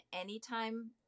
anytime